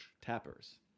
Tappers